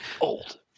old